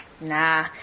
nah